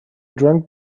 drank